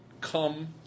come